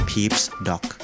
Peeps.Doc